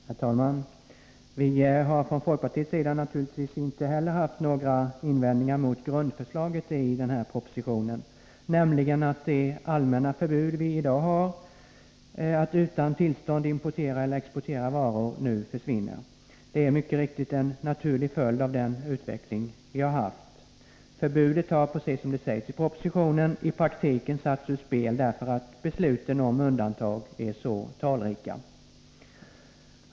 Herr talman! Vi har från folkpartiets sida naturligtvis inte haft några invändningar mot grundförslaget i den här propositionen, nämligen att det allmänna förbud man i dag har att utan tillstånd importera eller exportera varor nu försvinner. Det är en naturlig följd av den utveckling vi haft. Förbudet har, precis som det sägs i propositionen, i praktiken satts ur spel därför att besluten om undantag är så talrika.